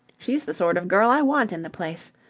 she's the sort of girl i want in the place.